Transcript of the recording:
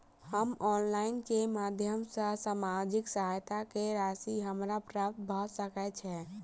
हम ऑनलाइन केँ माध्यम सँ सामाजिक सहायता केँ राशि हमरा प्राप्त भऽ सकै छै?